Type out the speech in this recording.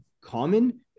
common